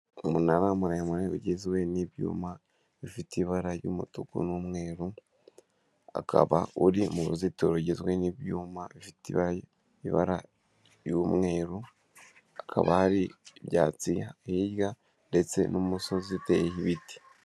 Umunara muremure ugizwe n'ibyuma bifite ibara ry'umutuku n'umweru akaba uri mu ruzitiro rugizwe n'ibyuma bifite ibara ry'umweru hakaba hari ibyatsi hirya ndetse n'umusozi uteyehi ibiti.